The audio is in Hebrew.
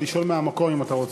לשאול מהמקום אם אתה רוצה,